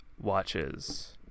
watches